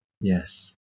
yes